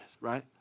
right